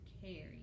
carry